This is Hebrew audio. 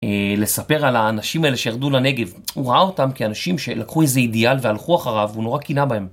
לספר על האנשים האלה שירדו לנגב, הוא ראה אותם כאנשים שלקחו איזה אידיאל והלכו אחריו הוא נורא קינא בהם.